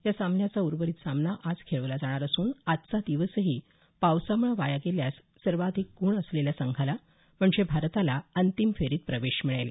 या सामन्याचा उर्वरित सामना आज खेळवला जाणार असून आजचा दिवसही पावसामुळं वाया गेल्यास सर्वाधिक गुण असलेल्या संघाला म्हणजे भारताला अंतिम फेरीत प्रवेश मिळेल